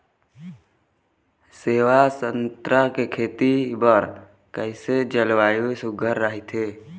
सेवा संतरा के खेती बर कइसे जलवायु सुघ्घर राईथे?